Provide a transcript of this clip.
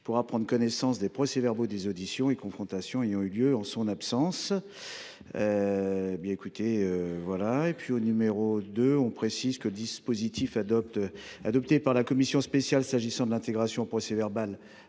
pourra prendre connaissance des procès verbaux des auditions et confrontations ayant eu lieu en son absence. En outre, au II, nous précisons le dispositif adopté par la commission spéciale, s’agissant de l’inscription au procès verbal